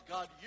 God